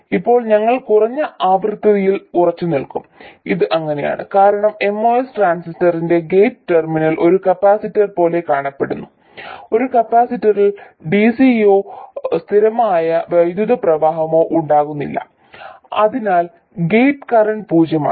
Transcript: ഇപ്പോൾ ഞങ്ങൾ കുറഞ്ഞ ആവൃത്തികളിൽ ഉറച്ചുനിൽക്കും ഇത് അങ്ങനെയാണ് കാരണം MOS ട്രാൻസിസ്റ്ററിന്റെ ഗേറ്റ് ടെർമിനൽ ഒരു കപ്പാസിറ്റർ പോലെ കാണപ്പെടുന്നു ഒരു കപ്പാസിറ്ററിൽ ഡിസിയോ സ്ഥിരമായ വൈദ്യുത പ്രവാഹമോ ഉണ്ടാകില്ല അതിനാൽ ഗേറ്റ് കറന്റ് പൂജ്യമാണ്